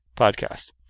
podcast